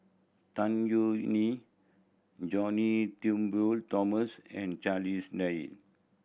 Tan Yeok Nee John Turnbull Thomson and Charles Dyce